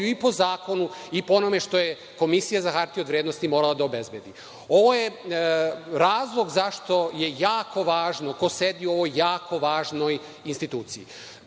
i po zakonu i po onome što je Komisija za hartije od vrednosti morala da obezbedi. Ovo je razlog zašto je jako važno ko sedi u ovoj jako važnoj instituciji.